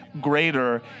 greater